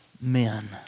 men